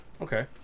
Okay